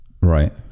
Right